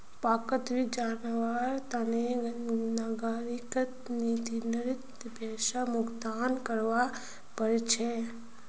पार्कोंत भी जवार तने नागरिकक निर्धारित पैसा भुक्तान करवा पड़ छे